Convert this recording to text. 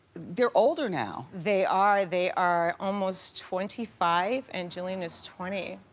they're older now. they are, they are almost twenty five and jillian is twenty.